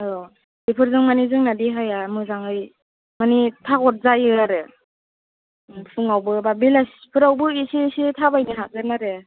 औ बेफोरजों मानि जोंना देहाया मोजाङै मानि थागर जायो आरो फुङावबो बा बेलासिफोरावबो एसे एसे थाबायनो हागोन आरो